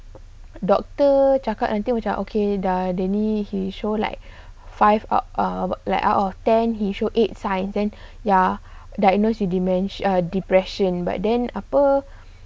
doctor cakap macam okay dah dia ni he show like five out ah like out of ten he show eight sign then ya diagnosed with dementia or depression but then apa